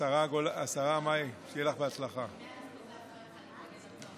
חבריי חברי הכנסת,